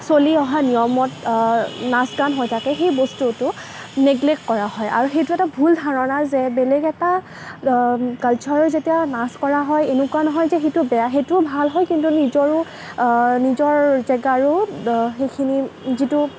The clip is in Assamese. চলি অহা নিয়মত নাচ গান হৈ থাকে সেই বস্তুটো নেগলেট কৰা হয় আৰু সেইটো এটা ভুল ধাৰণা যে বেলেগ এটা কালচাৰৰ যেতিয়া নাচ কৰা হয় এনেকুৱা নহয় যে সেইটো বেয়া সেইটোও ভাল হয় কিন্তু নিজৰ নিজৰ জেগা আৰু সেইখিনি যিটো